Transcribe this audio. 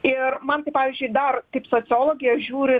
ir man tai pavyzdžiui dar kaip sociologei aš žiūriu